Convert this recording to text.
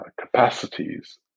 capacities